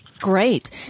Great